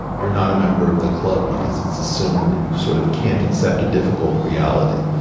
you're not a member of the club because it's assumed that you sort of can't accept a difficult reality.